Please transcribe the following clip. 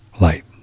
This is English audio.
light